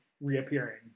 reappearing